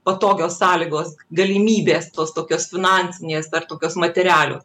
patogios sąlygos galimybės tokios finansinės ar tokios materialios